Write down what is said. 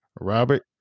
Robert